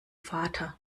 vater